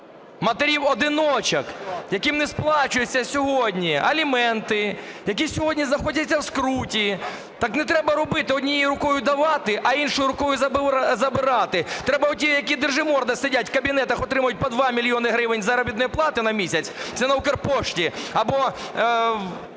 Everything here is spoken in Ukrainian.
матерів-одиночок, яким не сплачується сьогодні аліменти, які сьогодні знаходяться в скруті. Так не треба робити: однією рукою давати, а іншою рукою забирати. Треба оті, які "держиморди" сидять у кабінетах, отримують по 2 мільйони гривень заробітної плати на місяць, це на "Укрпошті" або